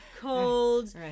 cold